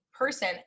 person